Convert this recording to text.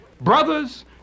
Brothers